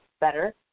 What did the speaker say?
better